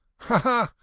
ha! ha!